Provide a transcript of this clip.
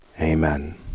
Amen